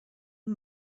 amb